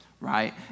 right